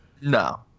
no